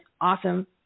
awesome